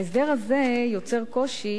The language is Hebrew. ההסדר הזה יוצר קושי,